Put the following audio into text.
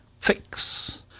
fix